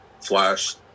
Flash